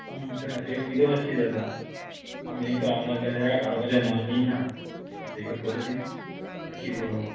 হুম না সে বুঝতে পারছি দাদা আমি তো আপনার কাছে ছাড়া আর কারোর কাছে মাল নিই না একটু দেখে করে দিন আর কি বলবো